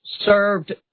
served